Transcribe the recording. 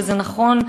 וזה נכון,